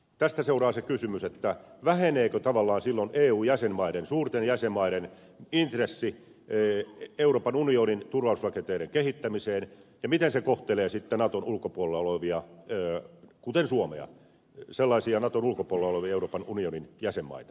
tästä seuraa se kysymys väheneekö tavallaan silloin eun suurten jäsenmaiden intressi euroopan unionin turvallisuusrakenteiden kehittämiseen ja miten se kohtelee sellaisia naton ulkopuolla luovia ja kuten suomea ulkopuolella olevia euroopan unionin jäsenmaita kuin suomea